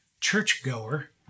churchgoer